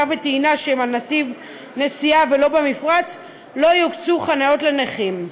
ולטעינה שהם על נתיב נסיעה ולא במפרץ לא יוקצו חניות לנכים.